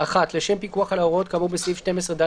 (1)לשם פיקוח על ההוראות כאמור בסעיף 12ד,